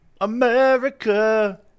America